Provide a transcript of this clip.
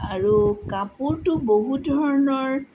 আৰু কাপোৰটো বহুত ধৰণৰ